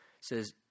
says